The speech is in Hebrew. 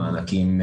המענקים,